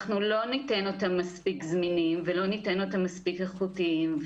לא ניתן אותם מספיק זמינים ולא ניתן אותם מספיק איכותיים,